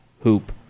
hoop